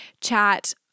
chat